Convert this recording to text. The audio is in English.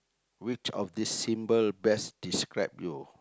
which of these symbol best describe you